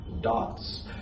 dots